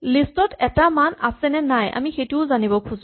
list ত এটা মান আছেনে নে নাই আমি সেইটোও জানিব খোজো